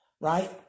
right